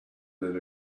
that